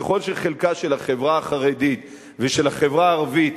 ככל שחלקה של החברה החרדית ושל החברה הערבית